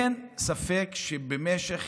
אין ספק שבמשך